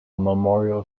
memorial